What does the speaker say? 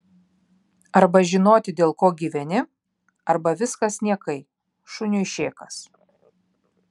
arba žinoti dėl ko gyveni arba viskas niekai šuniui šėkas